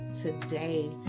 today